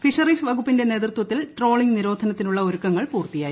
fisheries വകുപ്പിന്റെ നേതൃത്വത്തിൽ trawling നിരോധനത്തിനുള്ള ഒരുക്കങ്ങൾ പൂർത്തിയായി